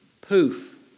Poof